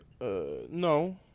No